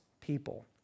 people